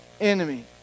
enemy